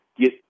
get